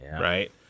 right